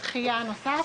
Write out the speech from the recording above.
אני מרשות המסים.